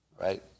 right